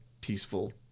peaceful